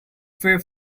pay